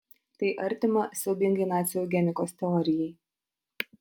tai artima siaubingai nacių eugenikos teorijai